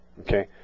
Okay